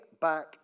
back